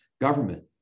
government